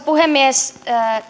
puhemies